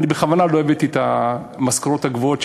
אני בכוונה לא הבאתי את המשכורות הגבוהות,